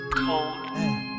cold